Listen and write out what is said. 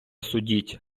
судіть